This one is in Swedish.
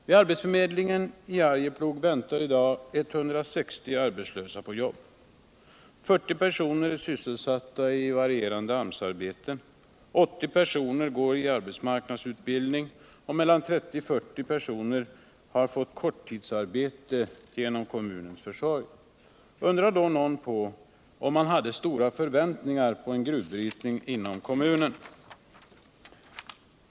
Vid arbetsförmedlingen i Arjeplog väntar i dag 160 arbetslösa på jobb. 40 personer är sysselsatta i varierande AMS-arbeten. 80 personer går i arbetsmark nadsutbildning och mellan 30 och 40 personer har fått korttidsarbete genom kommunens försorg. Undrar då någon på om man inom kommunen hade stora förväntningar på cen gruvbrytning?